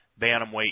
Bantamweight